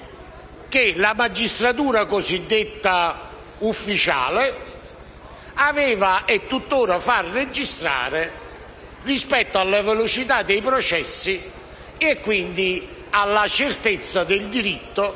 la magistratura cosiddetta ufficiale aveva e tuttora fa registrare rispetto alla velocità dei processi e, quindi, alla certezza del diritto